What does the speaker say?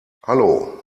hallo